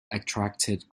attracted